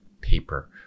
paper